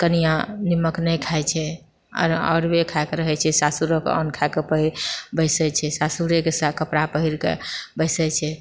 कनियाँ निमक नहि खाइत छै अरबे खाइके रहैत छै सासुरेके अन्न खाएके बैसैत छै सासुरके कपड़ा पहिरके बैसैत छै